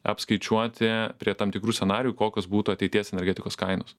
apskaičiuoti prie tam tikrų scenarijų kokios būtų ateities energetikos kainos